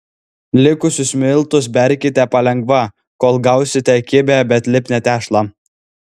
likusius miltus berkite palengva kol gausite kibią bet lipnią tešlą